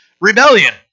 rebellion